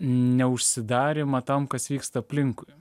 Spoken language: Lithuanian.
neužsidarymą tam kas vyksta aplinkui